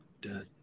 Dead